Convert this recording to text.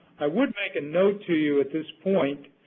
i would make a note to you at this point,